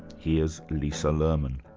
here's lisa lerman.